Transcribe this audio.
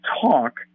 talk